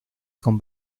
con